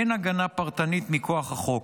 אין הגנה פרטנית מכוח החוק,